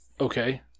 okay